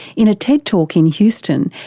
in a ted talk in houston,